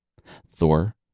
Thor